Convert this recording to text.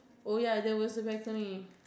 oh ya there was a balcony